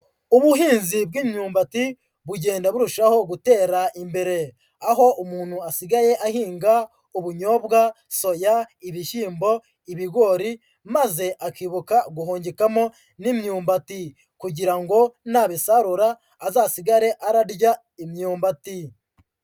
Ubuhinzi bw'imyumbati bugenda burushaho gutera imbere, aho umuntu asigaye ahinga ubunyobwa, soya, ibishyimbo, ibigori maze akibuka guhungikamo n'imyumbati kugira ngo nabisarura azasigare ararya imyumbati.